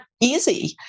easy